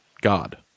God